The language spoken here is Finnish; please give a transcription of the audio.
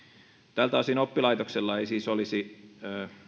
tältä osin oppilaitoksella ei siis olisi